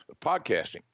podcasting